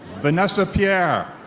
vanessa pierre.